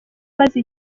maze